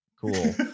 Cool